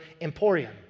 emporium